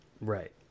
Right